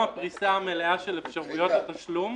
הפריסה המלאה של אפשרויות התשלום,